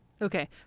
Okay